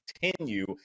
continue